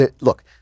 Look